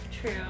True